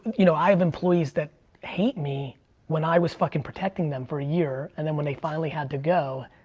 you know i have employees that hate me when i was fuckin' protecting them for a year and then when they finally had to go,